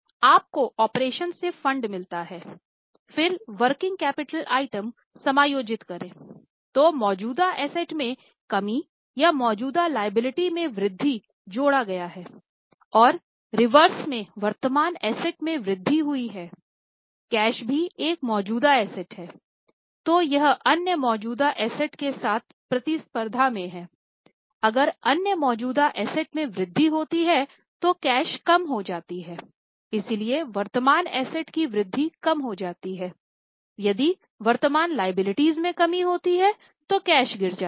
आप को ऑपरेशन से फंड मिलता है फिर वर्किंग कैपिटल आइटम समायोजित करे तो मौजूदा एसेट में कमी या मौजूदा लिएबिलिटीज़ में कमी होती है तो कैश गिर जाती है